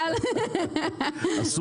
אבל